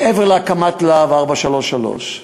מעבר להקמת "להב 433"